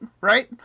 right